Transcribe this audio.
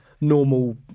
normal